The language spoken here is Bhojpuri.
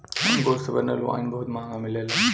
अंगूर से बनल वाइन बहुत महंगा मिलेला